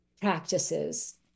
practices